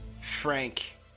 Frank